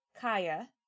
Kaya